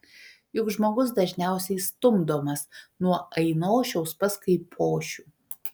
juk žmogus dažniausiai stumdomas nuo ainošiaus pas kaipošių